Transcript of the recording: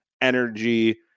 energy